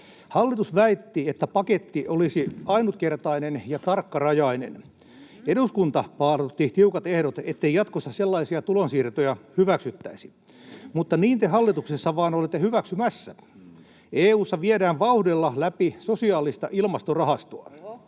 Hallitus väitti, että paketti olisi ainutkertainen ja tarkkarajainen. Eduskunta paalutti tiukat ehdot, ettei jatkossa sellaisia tulonsiirtoja hyväksyttäisi, mutta niin te hallituksessa vain olette hyväksymässä. EU:ssa viedään vauhdilla läpi sosiaalista ilmastorahastoa.